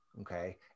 okay